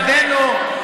נעשו מעשים על ידינו,